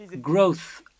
growth